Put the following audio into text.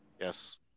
Yes